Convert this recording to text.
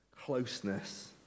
closeness